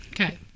Okay